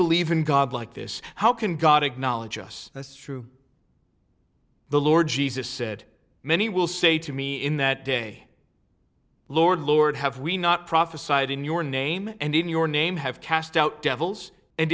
believe in god like this how can god acknowledge us that's true the lord jesus said many will say to me in that day lord lord have we not prophesied in your name and in your name have cast out devils and